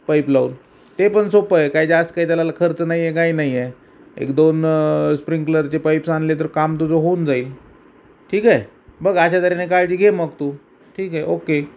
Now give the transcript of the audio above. pipe लावून ते पण सोप्पं आहे काय जास्त काय त्याला खर्च नाही आहे काही नाही आहे एक दोन स्प्रिंकलरचे पाईप्स आणले तर काम तुझं होऊन जाईल ठीक आहे बघ अशा तऱ्हेने काळजी घे मग तू ठीक आहे ओक्के